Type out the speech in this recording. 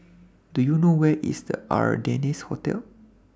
Do YOU know Where IS The Ardennes Hotel